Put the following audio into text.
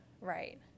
right